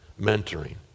mentoring